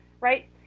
right